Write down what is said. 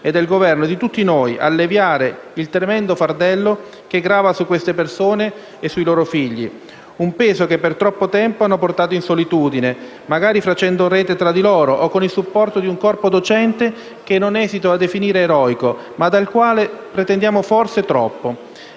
e del Governo, di tutti noi, alleviare il tremendo fardello che grava su queste persone e sui loro figli, un peso che per troppo tempo hanno portato in solitudine, magari facendo rete tra loro o con il supporto di un corpo docente che non esito a definire eroico ma dal quale pretendiamo forse troppo.